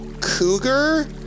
Cougar